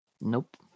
Nope